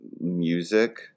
Music